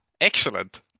excellent